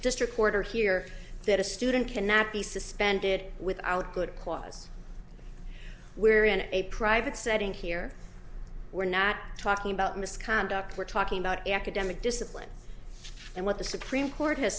district court or here that a student cannot be suspended without good cause we're in a private setting here we're not talking about misconduct we're talking about academic discipline and what the supreme court has